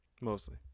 mostly